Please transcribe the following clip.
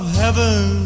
heaven